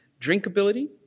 drinkability